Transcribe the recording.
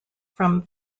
from